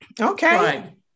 Okay